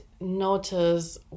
notice